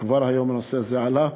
וכבר היום הנושא הזה עלה,